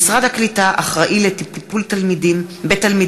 משרד העלייה והקליטה אחראי לטיפול בתלמידים